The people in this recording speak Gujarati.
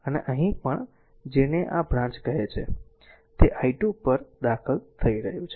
અને અહીં પણ આ r જેને આ બ્રાંચ કહે છે તે i2 પર આ દાખલ થઈ રહ્યું છે